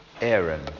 Aaron